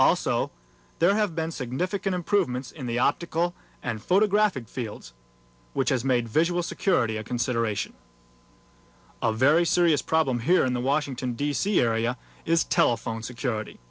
also there have been significant improvements in the optical and photographic field which has made visual security a consideration of a very serious problem here in the wash and d c area is telephone security